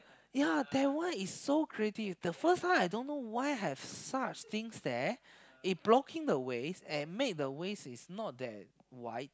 ya that one is so creative the first time I don't know why have such things there it blocking the ways and make the ways is not that wide